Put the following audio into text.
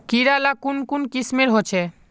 कीड़ा ला कुन कुन किस्मेर होचए?